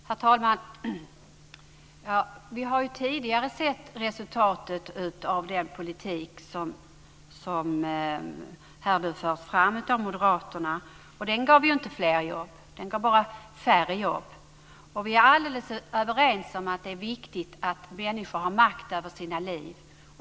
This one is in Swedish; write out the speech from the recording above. Herr talman! Vi har tidigare sett resultatet av den politik som här förs fram av moderaterna. Den gav inte fler jobb utan färre jobb. Vi är alldeles överens om att det är viktigt att människor har makt över sina liv.